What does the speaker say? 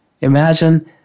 Imagine